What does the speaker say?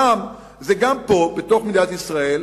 שם זה גם פה, בתוך מדינת ישראל.